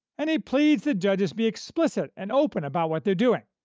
and he pleads that judges be explicit and open about what they're doing,